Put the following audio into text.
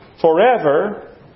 forever